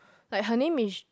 like her name is